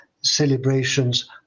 celebrations